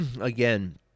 again